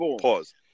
Pause